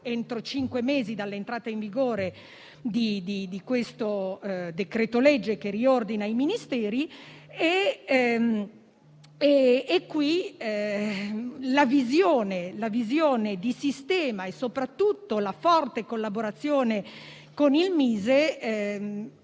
entro cinque mesi dall'entrata in vigore del decreto-legge di riordino dei Ministeri. La visione di sistema e soprattutto la forte collaborazione con il Mise